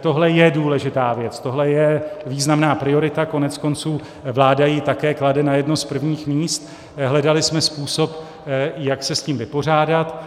tohle je důležitá věc, tohle je významná priorita, koneckonců vláda ji také klade také na jedno z prvních míst, a hledali jsme způsob, jak se s tím vypořádat.